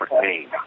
name